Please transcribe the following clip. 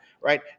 right